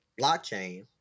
blockchain